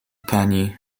pani